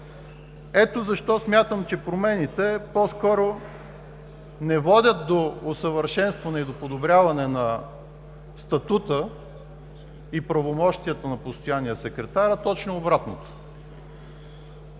Ето защо смятам, че промените по-скоро не водят до усъвършенстване и до подобряване на статута и правомощията на постоянния секретар, а точно обратното.